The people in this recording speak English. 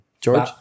George